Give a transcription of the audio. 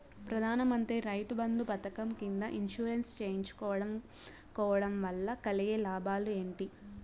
ప్రధాన మంత్రి రైతు బంధు పథకం కింద ఇన్సూరెన్సు చేయించుకోవడం కోవడం వల్ల కలిగే లాభాలు ఏంటి?